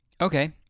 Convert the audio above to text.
okay